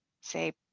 say